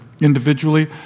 individually